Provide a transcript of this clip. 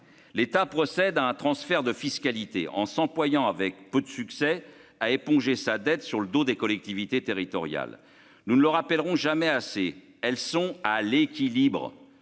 l'État procède à un transfert de fiscalité en s'employant avec peu de succès à éponger sa dette sur le dos des collectivités territoriales, nous ne le rappelleront jamais assez, elles sont à l'équilibre